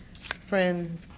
friend